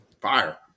fire